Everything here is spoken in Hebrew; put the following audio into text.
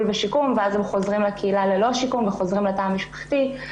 ושיקום ואז הם חוזרים לקהילה ללא שיקום וחוזרים לתא המשפחתי.